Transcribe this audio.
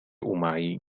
معي